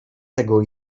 tego